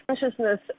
Consciousness